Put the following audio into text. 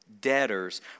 debtors